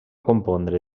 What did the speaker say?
compondre